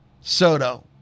Soto